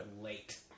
late